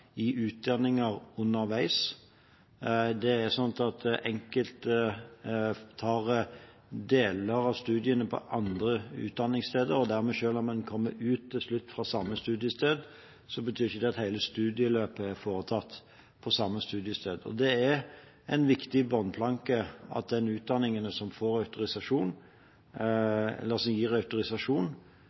i utdanninger underveis. Det er slik at enkelte tar deler av studiene på andre utdanningssteder, og selv om en til slutt kommer ut fra samme studiested, betyr ikke det at hele studieløpet er foretatt på det samme studiestedet. Det er en viktig bunnplanke at de utdanningene som gir autorisasjon,